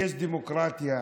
יש דמוקרטיה,